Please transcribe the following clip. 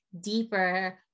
deeper